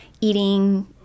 eating